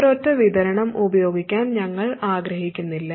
ഒരൊറ്റ വിതരണം ഉപയോഗിക്കാൻ ഞങ്ങൾ ആഗ്രഹിക്കുന്നില്ല